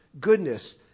goodness